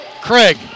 Craig